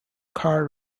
car